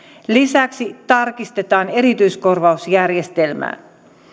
lisäksi tarkistetaan erityiskorvausjärjestelmää